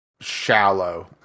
Shallow